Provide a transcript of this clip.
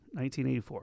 1984